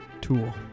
tool